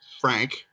Frank